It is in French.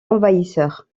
envahisseurs